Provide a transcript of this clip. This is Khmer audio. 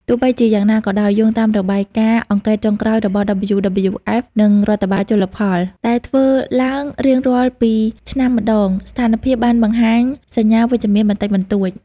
ទោះបីជាយ៉ាងណាក៏ដោយ យោងតាមរបាយការណ៍អង្កេតចុងក្រោយរបស់ WWF និងរដ្ឋបាលជលផល ដែលធ្វើឡើងរៀងរាល់ពីរឆ្នាំម្តង ស្ថានភាពបានបង្ហាញសញ្ញាវិជ្ជមានបន្តិចបន្តួច។